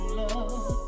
love